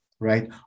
right